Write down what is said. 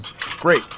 Great